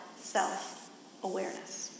self-awareness